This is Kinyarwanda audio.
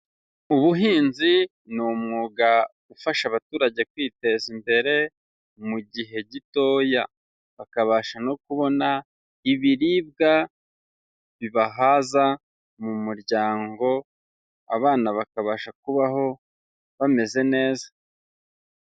Ubuhinzi ni umwuga ufasha abaturage kwiteza imbere mu gihe gitoya. Bakabasha no kubona ibiribwa bibahaza mu muryango, abana bakabasha kubaho bameze neza.